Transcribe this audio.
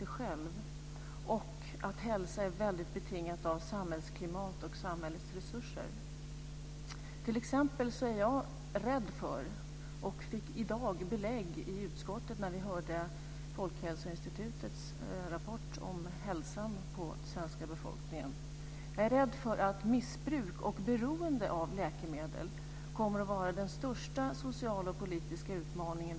Datainspektionen ifrågasatte om inte alla hälsoregister bör regleras av riksdagen genom lag. Folkpartiet liberalerna ansåg att detta var riktigt och yrkade det i sin motion med anledning av propositionen.